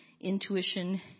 intuition